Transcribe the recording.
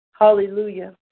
Hallelujah